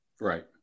Right